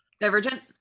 divergent